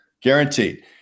guaranteed